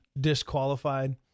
disqualified